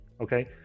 Okay